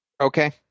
Okay